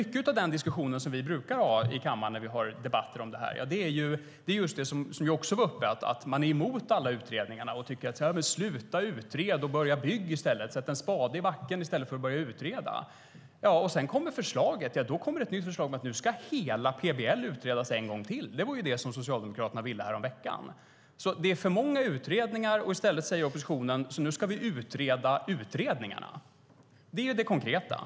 Mycket av den diskussion vi brukar ha i kammaren i dessa frågor gäller att man är emot alla utredningar, man tycker att det ska sluta utredas och börja byggas i stället: Sätt en spade i backen i stället för att utreda. Sedan kommer förslaget. Då kommer ett nytt förslag om att hela PBL ska utredas en gång till. Det är vad Socialdemokraterna ville häromveckan. Det är för många utredningar. I stället säger oppositionen att nu ska utredningarna utredas. Det är det konkreta.